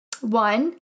One